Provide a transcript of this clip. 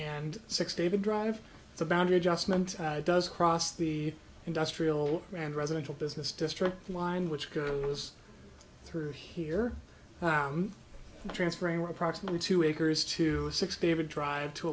and six david drive the boundary adjustment does cross the industrial and residential business district line which goes through here transferring approximately two acres to sixty have a drive to